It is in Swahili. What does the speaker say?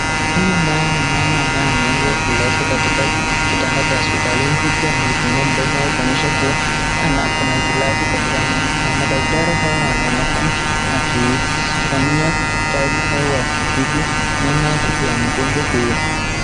Huyu naye ni mama ambaye ameweza kuilaza katika kitanda cha hospitalini huku ameifungua mdomo wake kuonyesha kuwa kuna hitilafu katika meno. Madaktari hao wanaonekana wakifanyia kazi hao wakitibu meno ya mgonjwa huyo.